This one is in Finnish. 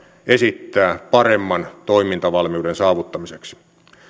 esittää paremman toimintavalmiuden saavuttamiseksi